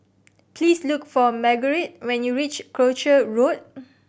please look for Margurite when you reach Croucher Road